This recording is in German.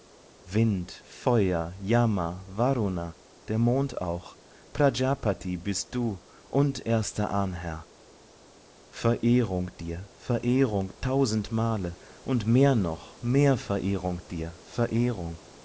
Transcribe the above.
wind feuer yama varuna der mond auch prajpati bist du und erster ahnherr verehrung dir verehrung tausend male und mehr noch mehr verehrung dir verehrung